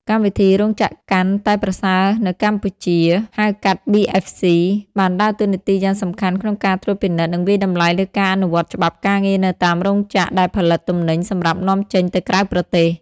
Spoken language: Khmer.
កម្មវិធី "រោងចក្រកាន់តែប្រសើរនៅកម្ពុជា" ហៅកាត់ BFC បានដើរតួនាទីយ៉ាងសំខាន់ក្នុងការត្រួតពិនិត្យ និងវាយតម្លៃលើការអនុវត្តច្បាប់ការងារនៅតាមរោងចក្រដែលផលិតទំនិញសម្រាប់នាំចេញទៅក្រៅប្រទេស។